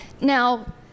Now